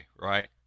Right